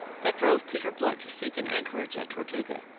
that drove peter blood to seek an anchorage at tortuga.